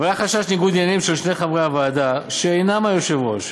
אבל היה חשש לניגוד עניינים של חברי הוועדה שאינם היושב-ראש,